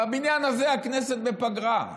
בבניין הזה, הכנסת בפגרה.